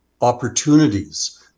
opportunities